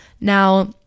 now